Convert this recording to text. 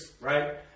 right